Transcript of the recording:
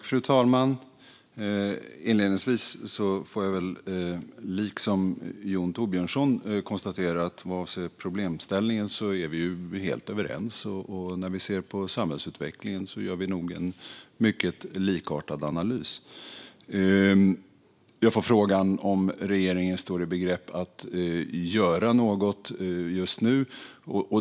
Fru talman! Inledningsvis får jag liksom Jon Thorbjörnson konstatera att vi är helt överens vad avser problemställningen, och när vi ser på samhällsutvecklingen gör vi nog en mycket likartad analys. Jag får frågan om regeringen står i begrepp att göra något just nu.